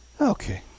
Okay